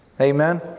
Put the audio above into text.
Amen